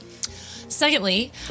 Secondly